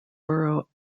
borough